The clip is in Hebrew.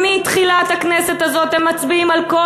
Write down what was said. ומתחילת הכנסת הזאת הם מצביעים על כל